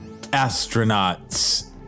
astronauts